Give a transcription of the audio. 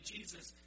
Jesus